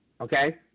Okay